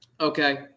okay